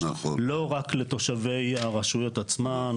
לא רק לתושבי הרשויות עצמן,